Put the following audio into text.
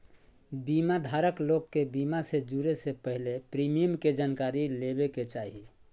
बीमा धारक लोग के बीमा से जुड़े से पहले प्रीमियम के जानकारी लेबे के चाही